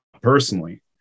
personally